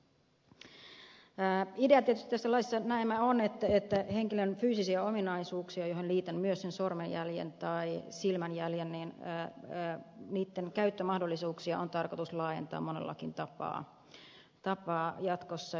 idea tietysti tässä laissa näemmä on että henkilön fyysisten ominaisuuksien joihin liitän myös sen sormenjäljen tai silmänjäljen käyttömahdollisuuksia on tarkoitus laajentaa monellakin tapaa jatkossa